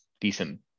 decent